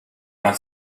man